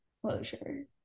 closure